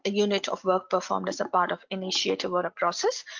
ah unit of work performed as a part of initiative or process.